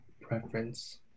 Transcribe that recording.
preference